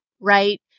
right